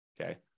okay